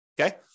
Okay